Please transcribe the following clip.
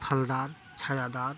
फलदार छायादार